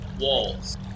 walls